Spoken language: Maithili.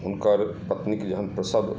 हुनकर पत्नीके जहन प्रसव